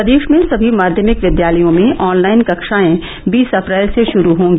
प्रदेश में सभी माध्यमिक विद्यालयों में ऑनलाइन कक्षाएं बीस अप्रैल से शुरू होंगी